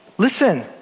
Listen